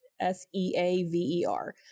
s-e-a-v-e-r